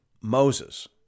Moses